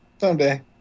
someday